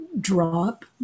drop